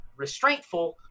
restraintful